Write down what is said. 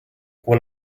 when